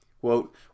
Quote